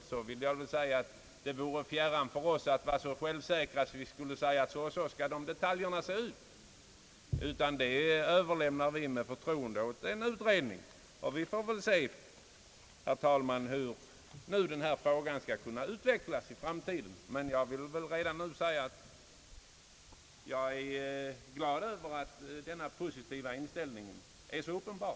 Till det vill jag säga att det är oss fjärran att vara så självsäkra, att vi skulle säga att så och så skall detaljerna se ut, utan det överlämnar vi med förtroende åt utredningen att bedöma. Vi får väl se, herr talman, hur denna fråga utvecklar sig i framtiden. Jag vill dock redan nu säga att jag är glad över att den positiva inställningen hos statsrådet är så uppenbar.